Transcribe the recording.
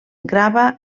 grava